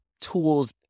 tools